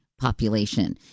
population